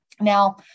Now